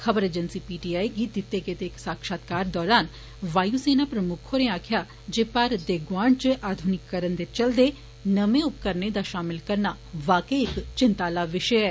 खबर agency P T I गी दिते गेदे इक साक्षात्कार दौरान वायू सेना प्रमुक्ख होरे आक्खेआ जे भारत दे गौआंड च आध्निकरण दे चलदे नमें उपक्रणें दा शामल करना वाकय इक चिन्ता आला विषय ऐ